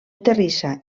terrissa